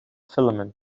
filament